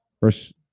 Verse